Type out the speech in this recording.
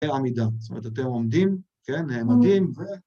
העמידה, זאת אומרת, אתם עומדים, כן, נעמדים ו...